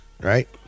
Right